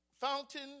fountain